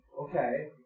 okay